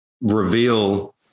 reveal